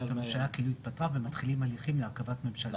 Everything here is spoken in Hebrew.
הממשלה כאילו התפטרה ומתחילים הליכים להרכבת ממשלה חדשה.